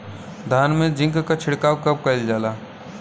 धान में जिंक क छिड़काव कब कइल जाला?